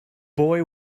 boy